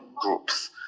groups